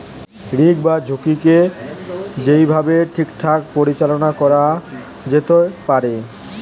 risk বা ঝুঁকিকে যেই ভাবে ঠিকঠাক পরিচালনা করা যেতে পারে